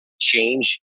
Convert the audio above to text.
change